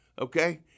okay